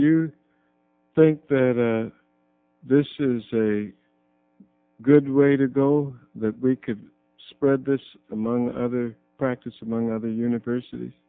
you think the this is a good way to go that we could spread this among other practice among other universities